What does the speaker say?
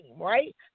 right